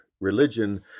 religion